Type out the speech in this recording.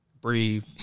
breathe